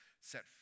set